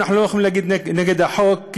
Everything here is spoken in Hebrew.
אנחנו לא יכולים להגיד נגד החוק,